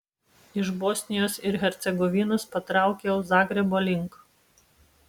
iš bosnijos ir hercegovinos patraukiau zagrebo link